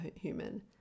human